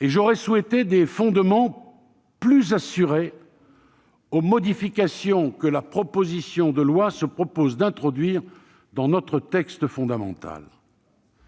et j'aurais souhaité des fondements plus assurés aux modifications que cette proposition de loi vise à introduire dans notre texte fondamental.